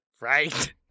Right